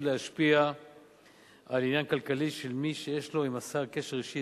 להשפיע על עניין כלכלי של מי שיש לו עם השר קשר אישי,